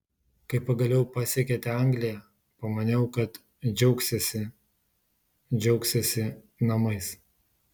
kai pagaliau pasiekėte angliją pamaniau kad džiaugsiesi džiaugsiesi namais